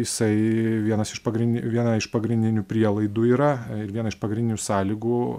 jisai vienas iš pagrind viena iš pagrindinių prielaidų yra ir viena iš pagrindinių sąlygų